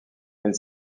elle